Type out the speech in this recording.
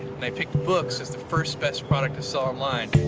and i picked books as the first best product to sell online.